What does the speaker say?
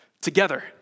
together